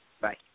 Bye